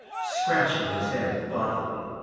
scratching his head thoughtfully.